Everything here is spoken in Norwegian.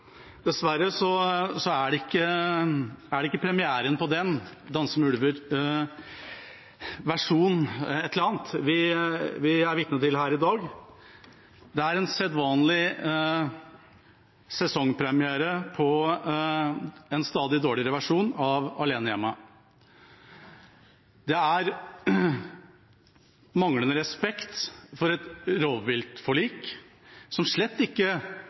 Dessverre er det ikke premieren på «Danser med ulver versjon etter eller annet» vi er vitne til her i dag, det er en sedvanlig sesongpremiere på en stadig dårligere versjon av «Alene hjemme». Det er manglende respekt for et rovviltforlik, som slett ikke